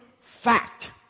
fact